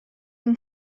yng